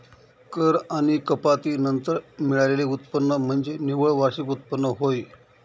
कर आणि कपाती नंतर मिळालेले उत्पन्न म्हणजे निव्वळ वार्षिक उत्पन्न होय